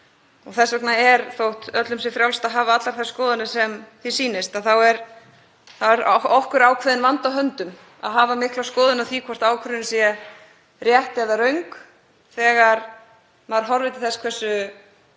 Þess vegna er, þótt öllum sé frjálst að hafa allar þær skoðanir sem þeim sýnist, okkur ákveðinn vandi á höndum að hafa miklar skoðanir á því hvort ákvörðunin sé rétt eða röng. Þegar maður horfir til þess hversu